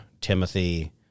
Timothy